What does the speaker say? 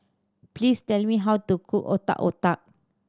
please tell me how to cook Otak Otak